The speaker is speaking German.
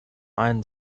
einen